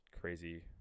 crazy